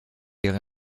ihren